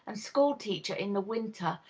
and school-teacher in the winter,